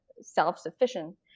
self-sufficient